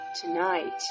tonight